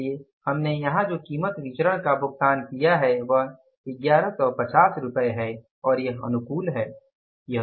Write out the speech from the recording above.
इसलिए हमने यहां जो कीमत विचरण का भुगतान किया है वह 1150 है और यह अनुकूल है